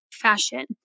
Fashion